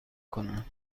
کنند